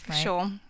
Sure